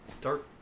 Dark